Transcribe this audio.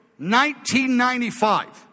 1995